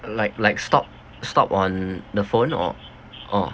like like stop stop on the phone or or